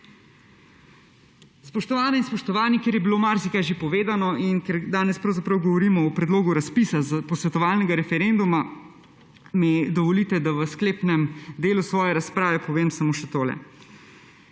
Spoštovane in spoštovani! Ker je bilo marsikaj že povedano in ker danes pravzaprav govorimo o predlogu razpisa posvetovalnega referenduma mi dovolite, da v sklepnem delu sovje razprave povem samo še tole.